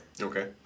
Okay